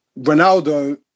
Ronaldo